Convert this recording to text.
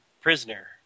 Prisoner